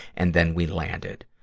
and then we landed.